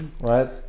right